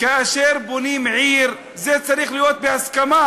כאשר בונים עיר זה צריך להיות בהסכמה,